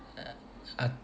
uh